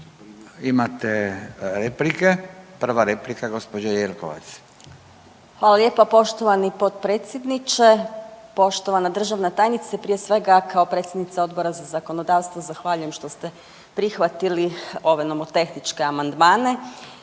Imate replike. Prva replika gospođa Jelkovac. **Jelkovac, Marija (HDZ)** Hvala lijepa poštovani potpredsjedniče, poštovana državna tajnice. Prije svega kao predsjednica Odbora za zakonodavstvo zahvaljujem što ste prihvatili ove nomotehničke amandmane,